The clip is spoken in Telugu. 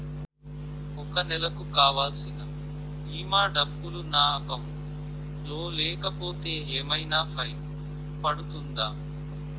ఒక నెలకు కావాల్సిన భీమా డబ్బులు నా అకౌంట్ లో లేకపోతే ఏమైనా ఫైన్ పడుతుందా?